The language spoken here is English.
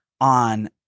on